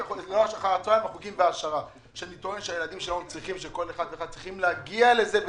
חוגים והעשרה שכל הילדים צריכים להגיע לזה,